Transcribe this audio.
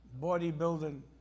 bodybuilding